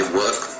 work